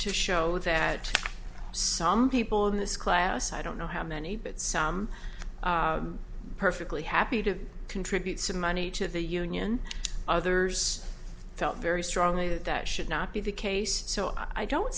to show that some people in this class i don't know how many but some are perfectly happy to contribute some money to the union others felt very strongly that that should not be the case so i don't